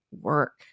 work